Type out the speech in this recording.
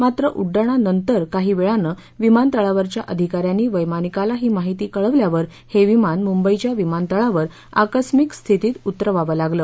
मात्र उड्डाणानंतर काही वेळानं विमानतळावरच्या अधिका यांनी वैमानिकाला ही माहिती कळवल्यावर हे विमान मुंबईच्या विमानतळावर आकस्मिक स्थितीत उतरववावं लागलं